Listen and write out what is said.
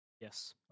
Yes